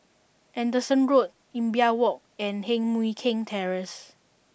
Anderson Road Imbiah Walk and Heng Mui Keng Terrace